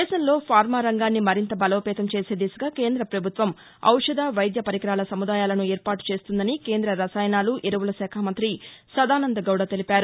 దేశంలో ఫార్మా రంగాన్ని మరింత బలోపేతం చేసే దిశగా కేంద పభుత్వం ఔషధ వైద్య పరికరాల సముదాయాలను ఏర్పాటు చేస్తుందని కేంద రసాయనాలు ఎరువుల శాఖ మంతి సదానంద గౌడ తెలిపారు